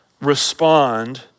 respond